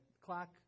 clock